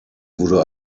wurde